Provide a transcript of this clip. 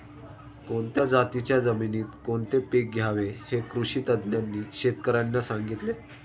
कोणत्या जातीच्या जमिनीत कोणते पीक घ्यावे हे कृषी तज्ज्ञांनी शेतकर्यांना सांगितले